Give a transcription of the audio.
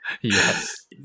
Yes